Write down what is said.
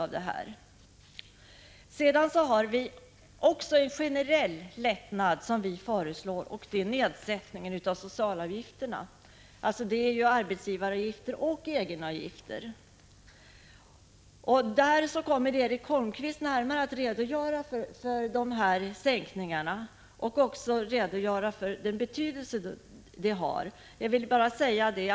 Vi föreslår också en generell lättnad i form av nedsättning av socialavgifterna, dvs. arbetsgivaravgifter och egenavgifter. Erik Holmkvist kommer närmare att redogöra för de sänkningar vi föreslår och även för den betydelse — Prot. 1985/86:148 de har.